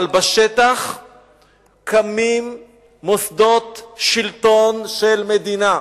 אבל בשטח קמים מוסדות שלטון של מדינה.